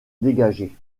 dégager